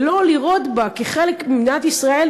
ולא לראות בה כחלק ממדינת ישראל,